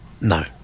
No